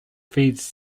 feeds